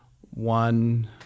One